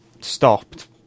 stopped